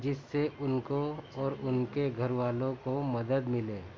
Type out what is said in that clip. جس سے ان کو اور ان کے گھر والوں کو مدد ملے